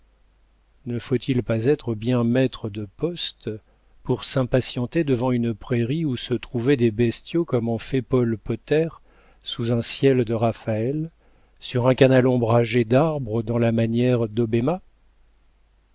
ne faut-il pas être bien maître de poste pour s'impatienter devant une prairie où se trouvaient des bestiaux comme en fait paul potter sous un ciel de raphaël sur un canal ombragé d'arbres dans la manière